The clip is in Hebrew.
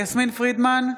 יסמין פרידמן,